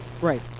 Right